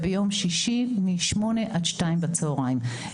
ביום שישי, מ-8 עד 2 בצוהריים.